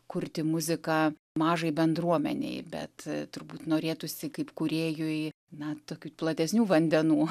kurti muziką mažai bendruomenei bet turbūt norėtųsi kaip kūrėjui na tokių platesnių vandenų